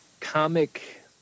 comic